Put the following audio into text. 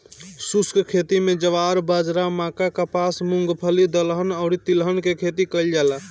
शुष्क खेती में ज्वार, बाजरा, मक्का, कपास, मूंगफली, दलहन अउरी तिलहन के खेती कईल जाला